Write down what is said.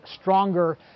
stronger